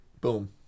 boom